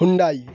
Hyundai